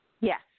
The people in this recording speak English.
Yes